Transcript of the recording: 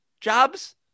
jobs